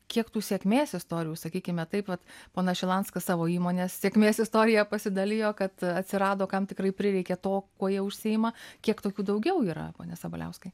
kiek tų sėkmės istorijų sakykime taip vat ponas šilanskas savo įmonės sėkmės istorija pasidalijo kad atsirado kam tikrai prireikė to kuo jie užsiima kiek tokių daugiau yra pone sabaliauskai